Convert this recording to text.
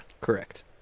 Correct